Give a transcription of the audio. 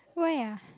why ah